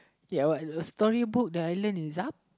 ya what the story book that I lend is up